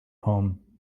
home